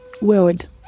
world